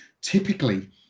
Typically